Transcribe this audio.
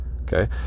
okay